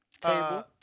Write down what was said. table